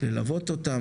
ללוות אותם,